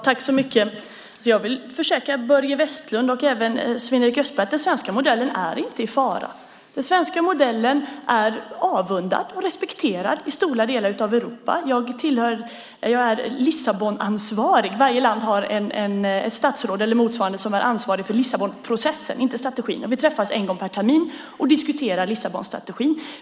Herr talman! Jag försäkrar, Börje Vestlund och även Sven-Erik Österberg, att den svenska modellen inte är i fara. Den svenska modellen är avundad och respekterad i stora delar av Europa. Jag är Lissabonansvarig. Varje land har nämligen ett statsråd eller motsvarande som är ansvarig för Lissabonprocessen, inte strategin. Vi träffas en gång per termin och diskuterar då Lissabonstrategin.